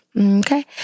okay